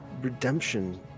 redemption